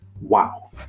Wow